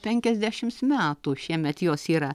penkiasdešims metų šiemet jos yra